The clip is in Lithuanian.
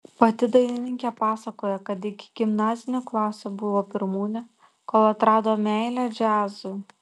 pati dainininkė pasakoja kad iki gimnazinių klasių buvo pirmūnė kol atrado meilę džiazui